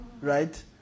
right